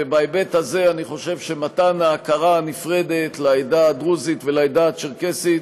ובהיבט הזה אני חושב שמתן הכרה נפרדת לעדה הדרוזית ולעדה הצ'רקסית,